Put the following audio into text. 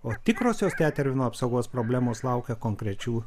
o tikrosios tetervino apsaugos problemos laukia konkrečių